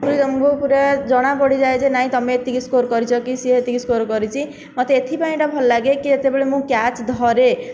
ଦୁଇଜଣକୁ ପୁରା ଜଣା ପଡ଼ିଯାଏ ଯେ ନାଇଁ ତମେ ଏତିକି ସ୍କୋର କରିଛ କି ସେ ଏତିକି ସ୍କୋର କରିଛି ମୋତେ ଏଥିପାଇଁ ଏହିଟା ଭଲ ଲାଗେ କି ଯେତେବେଳେ ମୁଁ କ୍ୟାଚ ଧରେ